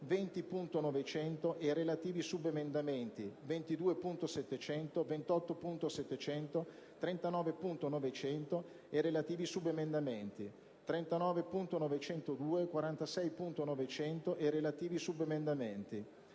20.900 e relativi subemendamenti, 22.700, 28.700, 39.900 e relativi subemendamenti, 39.902, 46.900 e relativi subemendamenti,